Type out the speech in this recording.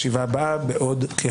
הישיבה ננעלה בשעה 11:55.